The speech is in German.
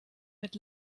mit